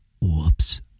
Whoops